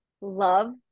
love